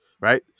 right